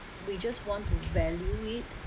we just want to value it